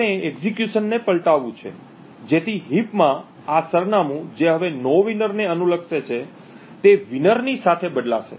આપણે એક્ઝેક્યુશનને પલટાવવું છે જેથી હીપ માં આ સરનામું જે હવે નોવિનર ને અનુલક્ષે છે તે વિનર ની સાથે બદલાશે